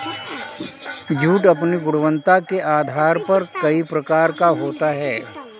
jute अपनी गुणवत्ता के आधार पर कई प्रकार का होता है